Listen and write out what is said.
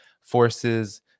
forces